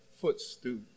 footstool